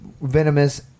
venomous